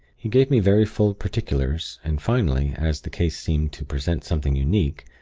he gave me very full particulars, and, finally, as the case seemed to present something unique,